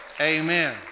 Amen